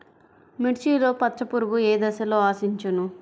మిర్చిలో పచ్చ పురుగు ఏ దశలో ఆశించును?